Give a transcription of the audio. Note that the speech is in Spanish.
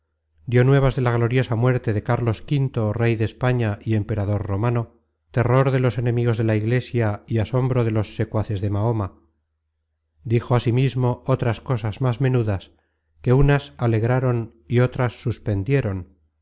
dió nuevas de la gloriosa muerte de carlos v rey de españa y emperador romano terror de los enemigos de la iglesia y asombro de los secuaces de mahoma dijo asimismo otras cosas más menudas que unas alegraron y otras suspendieron